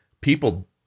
people